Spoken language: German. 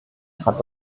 hat